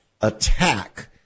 attack